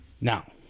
Now